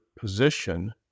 position